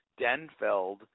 Denfeld